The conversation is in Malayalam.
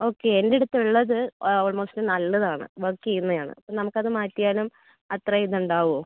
ഓക്കെ എന്റടുത്ത് ഉള്ളത് ഓൾമോസ്റ്റ് നല്ലതാണ് വർക്ക് ചെയ്യുന്നെയാണ് അപ്പം നമുക്കത് മാറ്റിയാലും അത്രേ ഇതിണ്ടാവോ